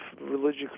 religious